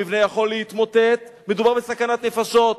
המבנה יכול להתמוטט, מדובר בסכנת נפשות.